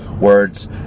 words